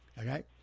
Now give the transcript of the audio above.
okay